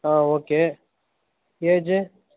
ah okay age